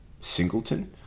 singleton